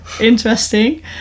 interesting